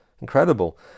Incredible